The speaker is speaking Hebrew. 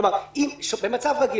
כלומר במצב רגיל